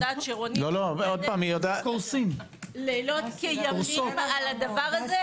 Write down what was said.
היא עושה לילות כימים על זה.